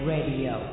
Radio